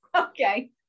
Okay